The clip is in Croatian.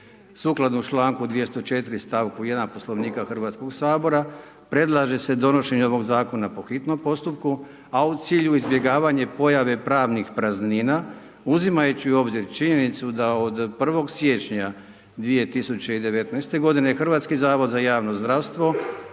Sukladno članku 204., stavku 1., Poslovnika Hrvatskog sabora predlaže se donošenje ovog Zakona po hitnom postupku, a u cilju izbjegavanje pojave pravnih praznina, uzimajući u obzir činjenicu da od 01. siječnja 2019. godine, Hrvatski zavod za javno zdravstvo,